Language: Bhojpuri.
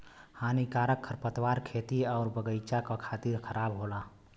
हानिकारक खरपतवार खेती आउर बगईचा क खातिर खराब होला